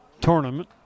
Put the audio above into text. tournament